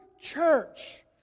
church